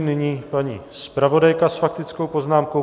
Nyní paní zpravodajka s faktickou poznámkou.